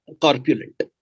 corpulent